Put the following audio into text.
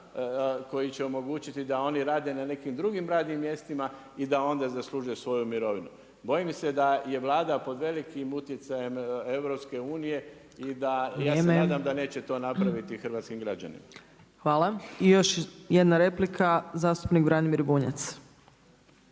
koji će omogućiti da oni rade na nekim drugim radnim mjestima i da onda zasluže svoju mirovinu. Bojim se da je Vlada pod velikim utjecajem EU i da … …/Upadica Opačić: Vrijeme./… … ja se nadam da neće to napraviti hrvatskim građanima. **Opačić, Milanka (SDP)** Hvala. I još jedna replika zastupnik Branimir Bunjac.